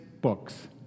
books